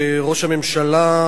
ראש הממשלה,